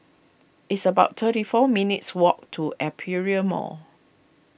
it's about thirty four minutes' walk to Aperia Mall